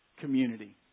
community